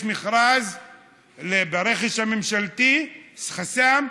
יש מכרז ברכש הממשלתי, וחסם: